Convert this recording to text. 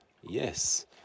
Yes